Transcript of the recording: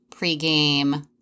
pregame